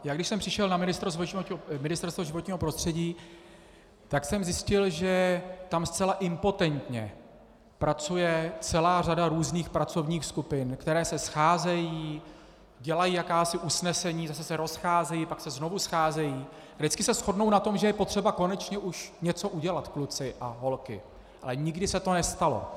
Když jsem přišel na Ministerstvo životního prostředí, tak jsem zjistil, že tam zcela impotentně pracuje celá řada různých pracovních skupin, které se scházejí, dělají jakási usnesení, zase se rozcházejí, pak se znovu scházejí a vždycky se shodnou na tom, že je potřeba konečně už něco udělat, kluci a holky, ale nikdy se to nestalo.